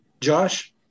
Josh